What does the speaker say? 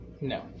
No